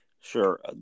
Sure